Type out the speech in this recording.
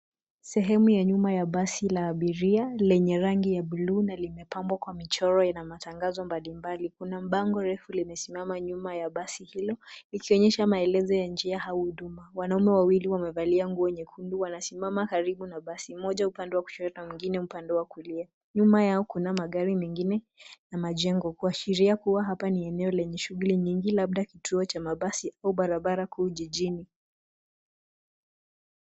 Sehemu ya nyuma ya basi la abiria lenye rangi ya blue na limepambwa kwa michoro yana matangazo mbalimbali. Kuna bango refu limesimama nyuma ya basi hilo ,likionyesha maelezo ya njia au huduma. Wanaume wawili wamevalia nguo nyekundu. Wanasimama karibu na basi moja upande wa kushoto na mwengine upande wa kulia. Nyuma yao kuna magari mengine na majengo kuashiria kuwa hapa ni eneo lenye shughuli nyingi labda kituo cha mabasi au barabara kuu jijini.